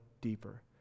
deeper